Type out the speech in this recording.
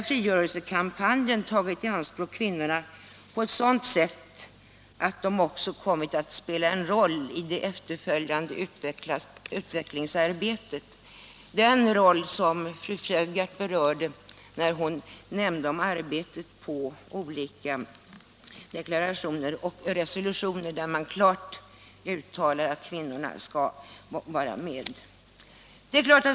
Frigörelsekampen har tagit i anspråk kvinnorna på ett sådant sätt att de också kommit att spela en roll i det efterföljande utvecklingsarbetet. Fru Fredgardh berörde denna roll då hon nämnde arbetet på olika deklarationer och resolutioner, där man klart uttalade att kvinnorna skall vara med.